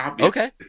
Okay